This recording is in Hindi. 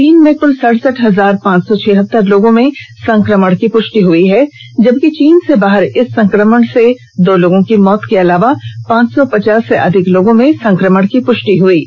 चीन में कुल सड़सठ हजार पांच सौ छिहतर लोगों में संक्रमण की पुष्टि हुई है जबकि चीन से बाहर इस संक्रमण से दो लोगों की मौत के अलावा पांच सौ पचास से अधिक लोगो में संक्रमण की पुष्टि हुई है